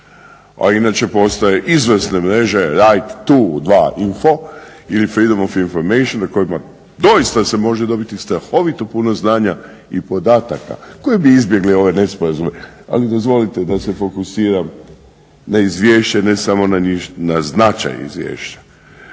A inače postoje izvrsne mreže … info ili Freedom of information na kojim doista se može dobiti strahovito puno znanja i podataka koji bi izbjegli ove nesporazume. Ali dozvolite da se fokusiram na izvješće, ne samo na značaj izvješća.